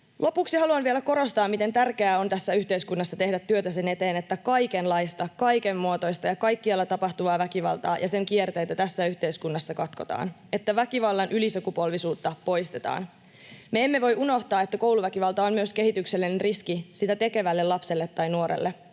Lopuksi haluan vielä korostaa, miten tärkeää on tässä yhteiskunnassa tehdä työtä sen eteen, että kaikenlaista, kaiken muotoista ja kaikkialla tapahtuvaa väkivaltaa ja sen kierteitä tässä yhteiskunnassa katkotaan, että väkivallan ylisukupolvisuutta poistetaan. Me emme voi unohtaa, että kouluväkivalta on myös kehityksellinen riski sitä tekevälle lapselle tai nuorelle.